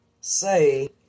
say